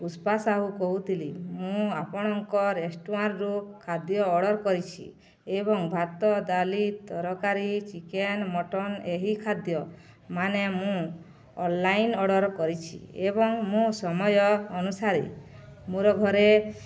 ପୁଷ୍ପା ସାହୁ କହୁଥିଲି ମୁଁ ଆପଣଙ୍କ ରେଷ୍ଟୁରାଣ୍ଟରୁ ଖାଦ୍ୟ ଅର୍ଡ଼ର କରିଛି ଏବଂ ଭାତ ଡାଲି ତରକାରୀ ଚିକେନ୍ ମଟନ୍ ଏହି ଖାଦ୍ୟ ମାନେ ମୁଁ ଅନଲାଇନ୍ ଅର୍ଡ଼ର କରିଛି ଏବଂ ମୁଁ ସମୟ ଅନୁସାରେ ମୋର ଘରେ